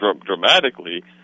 dramatically